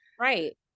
Right